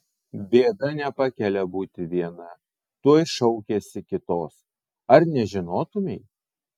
bėda nepakelia būti viena tuoj šaukiasi kitos ar nežinotumei